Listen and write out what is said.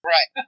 Right